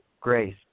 grace